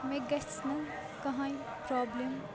مےٚ گَژھنہٕ کٕہٕنۍ پرابلِم